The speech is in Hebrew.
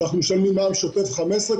ואנחנו משלמים מע"מ שוטף פלוס 15,